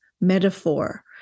metaphor